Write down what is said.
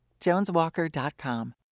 JonesWalker.com